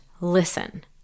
listen